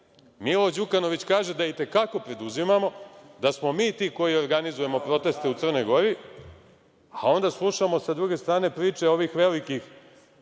Milo Đukanović kaže da i te kako preduzimamo, da smo mi ti koji organizujemo proteste u Crnoj Gori, a onda slušamo sa druge strane priče ovih velikih